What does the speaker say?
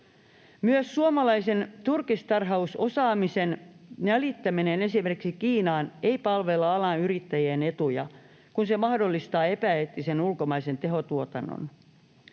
Myös suomalaisen turkistarhausosaamisen välittäminen esimerkiksi Kiinaan ei palvele alan yrittäjien etuja, koska se mahdollistaa epäeettisen ulkomaisen tehotuotannon.